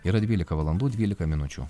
yra dvylika valandų dvylika minučių